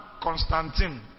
Constantine